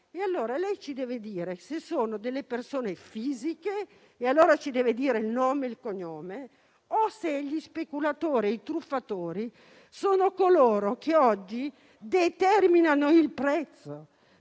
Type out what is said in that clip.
speculatori, ci deve dire se sono delle persone fisiche, e in quel caso si deve dire nome e cognome, o se gli speculatori e i truffatori sono coloro che oggi determinano il prezzo,